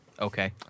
Okay